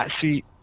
See